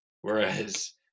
Whereas